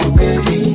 baby